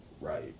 right